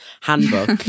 handbook